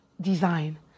design